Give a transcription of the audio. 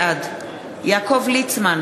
בעד יעקב ליצמן,